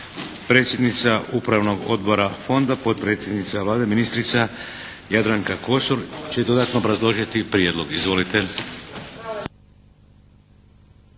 Predsjednica Upravnog odbora fonda potpredsjednica Vlade, ministrica Jadranka Kosor će dodatno obrazložiti prijedlog. Izvolite.